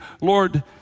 Lord